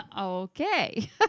Okay